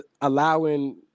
allowing